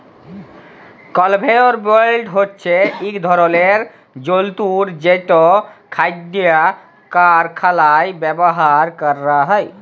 conveyor belt হছে ইক ধরলের যল্তর যেট খাইদ্য কারখালায় ব্যাভার ক্যরা হ্যয়